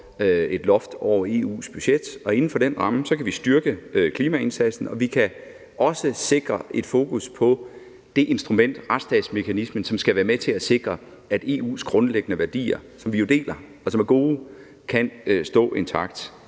et loft over EU's budget. Og inden for den ramme kan vi styrke klimaindsatsen, og vi kan også sikre et fokus på det instrument, retsstatsmekanismen, som skal være med til at sikre, at EU's grundlæggende værdier, som vi jo deler, og som er gode, kan være intakte.